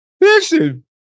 listen